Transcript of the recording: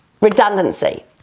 redundancy